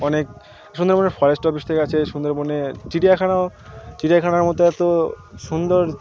অনেক সুন্দরবনে forest office থেকে আছে সুন্দরবনে চিড়িয়াখানাও চিড়িয়াখানার মতো এত সুন্দর